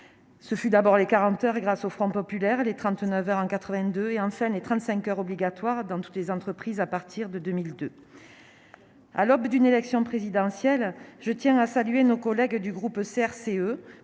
Ce furent d'abord les 40 heures, grâce au Front populaire, puis les 39 heures, en 1982, enfin les 35 heures obligatoires dans toutes les entreprises, à partir de 2002. À l'orée d'une élection présidentielle, je tiens à saluer nos collègues du groupe CRCE